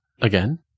Again